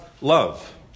love